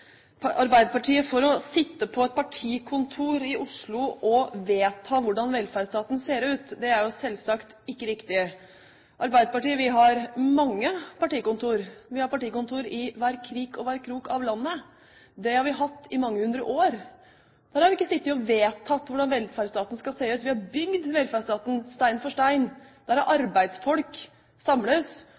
Arbeiderpartiet for å sitte på et partikontor i Oslo og vedta hvordan velferdsstaten ser ut – det er jo selvsagt ikke riktig. Arbeiderpartiet har mange partikontorer. Vi har partikontorer i alle kriker og kroker i landet. Det har vi hatt i mange hundre år. Der har vi ikke sittet og vedtatt hvordan velferdsstaten skal se ut. Vi har bygd velferdsstaten – stein for stein. Der har arbeidsfolk samles